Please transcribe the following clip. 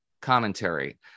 commentary